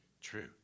true